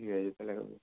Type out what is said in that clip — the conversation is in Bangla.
ঠিক আছে তাহলে এখন